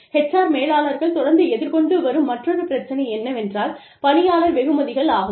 HR மேலாளர்கள் தொடர்ந்து எதிர்கொண்டு வரும் மற்றொரு பிரச்சனை என்னவென்றால் பணியாளர் வெகுமதிகள் ஆகும்